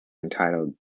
entitled